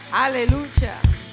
hallelujah